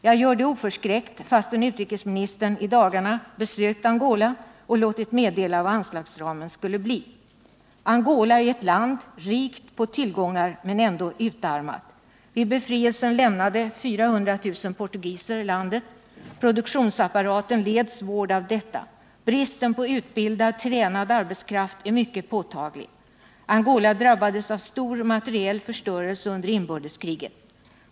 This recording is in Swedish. Jag gör det oförskräckt, fastän utrikesministern i dagarna besökt Angola och låtit meddela vad anslagsramen skulle bli. Angola är ett land rikt på tillgångar — men ändå utarmat. Vid befrielsen lämnade 400 000 portugiser landet. Produktionsapparaten led svårt av detta. Bristen på utbildad, tränad arbetskraft är mycket påtaglig. Angola drabbades av stor materiell förstörelse under inbördeskriget.